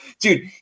Dude